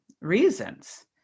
reasons